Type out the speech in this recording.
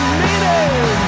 meaning